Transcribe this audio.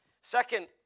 Second